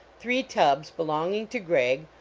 three tubs belonging to gregg,